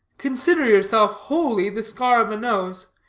consider yourself, wholly, the scar of a nose,